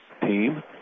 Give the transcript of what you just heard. team